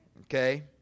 Okay